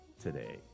today